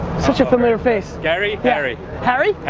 such a familiar face. gary? harry. harry?